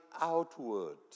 outward